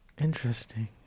Interesting